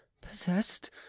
possessed